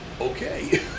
okay